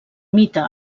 mite